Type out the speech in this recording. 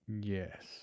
Yes